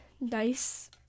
nice